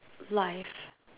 life